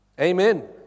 Amen